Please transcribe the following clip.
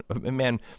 man